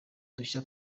dushya